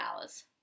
hours